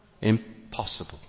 impossible